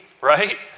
right